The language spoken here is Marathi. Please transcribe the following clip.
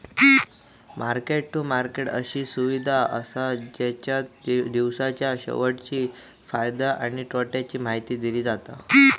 मार्केट टू मार्केट अशी सुविधा असा जेच्यात दिवसाच्या शेवटी फायद्या तोट्याची माहिती दिली जाता